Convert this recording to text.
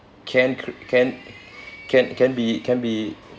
can crea~ can can can be can be